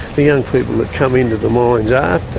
the young people that come into the mines after,